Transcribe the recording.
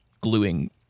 gluing